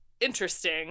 interesting